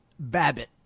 Babbitt